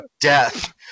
death